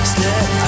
Step